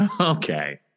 Okay